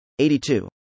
82